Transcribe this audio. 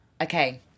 okay